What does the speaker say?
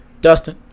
Dustin